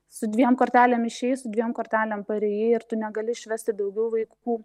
su dviem kortelėm išėjai su dviem kortelėm parėjai ir tu negali išvesti daugiau vaikų